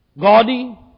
gaudy